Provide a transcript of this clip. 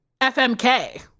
FMK